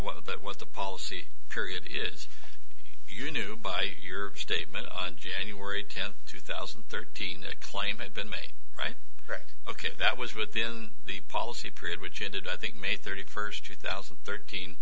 while but what the policy period is you knew by your statement on january tenth two thousand and thirteen a claim it been made right correct ok that was within the policy period which ended i think may thirty first two thousand and thirteen